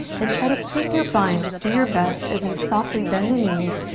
then try to keep your bind, just do your best, as you softly bend the knees,